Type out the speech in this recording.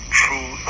true